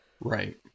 Right